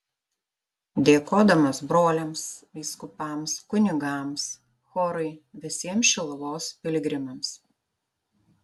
dėkodamas broliams vyskupams kunigams chorui visiems šiluvos piligrimams